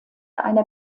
einer